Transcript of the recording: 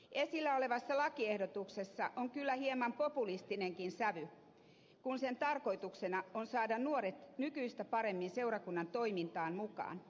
esillä olevassa lakiehdotuksessa on kyllä hieman populistinenkin sävy kun sen tarkoituksena on saada nuoret nykyistä paremmin seurakunnan toimintaan mukaan